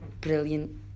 brilliant